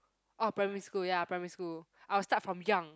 oh primary school ya primary school I will start from young